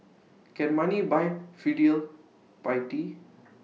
can money buy filial piety